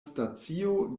stacio